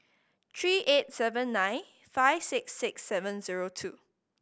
three eight seven nine five six six seven zero two